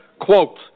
quote